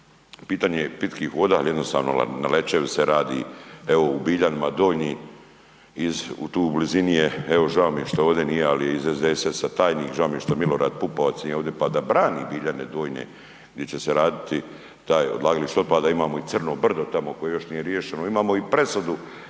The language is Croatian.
pitanje pitkih voda jer jednostavno na Lečevici se radi, evo u Biljanima Donji, tu u blizini je evo žao mi je što ovdje nije ali je iz SDDS-a tajnik, žao mi je što Milorad Pupovac nije ovdje pa da brani Biljane Donje di će se raditi taj odlagalište otpada, imamo i Crno brdo tamo koje još nije riješeno, imamo i presudu